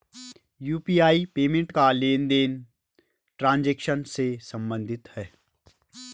UPI payment का लेनदेन transaction से सम्बंधित है